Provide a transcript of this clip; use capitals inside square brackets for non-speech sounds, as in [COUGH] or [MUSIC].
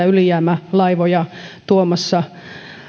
[UNINTELLIGIBLE] ylijäämälaivoja tuomassa